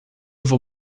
vou